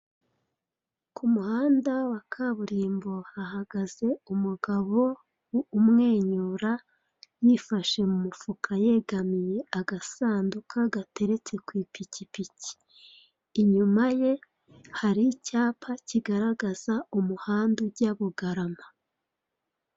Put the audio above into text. Ku muhanda w'akaburimbo hahagaze umugabo umwenyura yifashe mu mufuka yegamiye agasanduka gateretse ku ipikipiki, inyuma ye hari icyapa kigaragaza umuhanda ujya Bugarama.